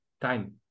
time